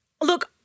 Look